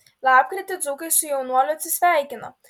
lapkritį dzūkai su jaunuoliu atsisveikino